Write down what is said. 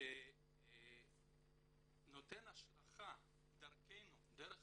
שנותן השלכה דרכנו, דרך